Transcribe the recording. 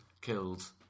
killed